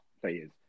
players